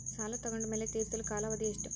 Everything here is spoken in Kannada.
ಸಾಲ ತಗೊಂಡು ಮೇಲೆ ತೇರಿಸಲು ಕಾಲಾವಧಿ ಎಷ್ಟು?